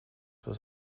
was